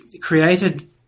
created